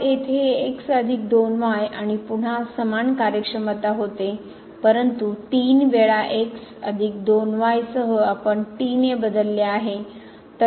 तर येथे हे अधिक 2 आणि पुन्हा समान कार्यक्षमता होते परंतु 3 वेळा अधिक 2 सह आपण ने बदलले आहे